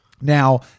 Now